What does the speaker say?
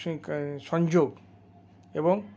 সংযোগ এবং